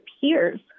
peers